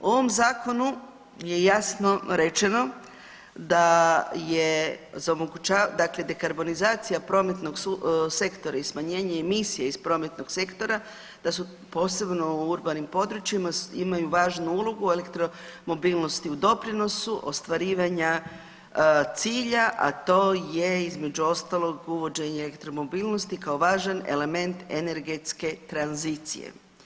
U ovom Zakonu je jasno rečeno da je za, dakle dekarbonizacija prometnog sektora i smanjenje emisije iz prometnog sektora, da su posebno u urbanim područjima, imaju važnu ulogu, elektromobilnosti u doprinosu ostvarivanja cilja, a to je između ostalog uvođenje elektromobilnosti kao važan element energetske tranzicije.